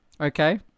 Okay